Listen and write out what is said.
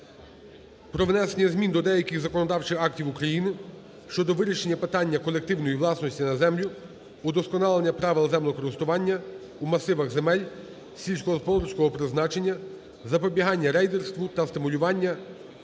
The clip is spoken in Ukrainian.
про внесення змін до деяких законодавчих актів України щодо вирішення питання колективної власності на землю, удосконалення правил землекористування у масивах земель сільськогосподарського призначення, запобігання рейдерству та стимулювання